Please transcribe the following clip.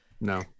no